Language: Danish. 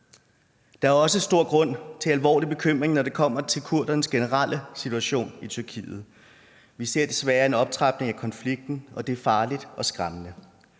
Der er også grund til alvorlig bekymring, når det kommer til kurdernes generelle situation i Tyrkiet. Vi ser desværre en optrapning af konflikten, og det er farligt og skræmmende.